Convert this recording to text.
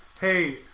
hey